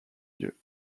lieux